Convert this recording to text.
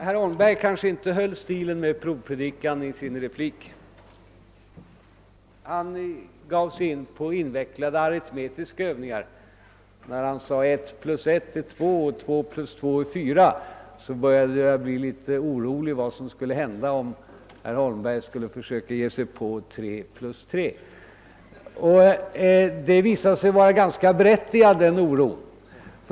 Herr Holmberg kanske inte höll stilen från provpredikan i sin replik. Han gav sig in i invecklade aritmetiska övningar. När han sade att ett plus ett är två och att två plus två är fyra, började jag bli litet orolig för vad som skulle hända om herr Holmberg gav sig på tre plus tre. Den oron visade sig vara ganska berättigad.